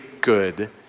good